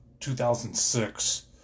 2006